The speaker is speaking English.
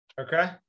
Okay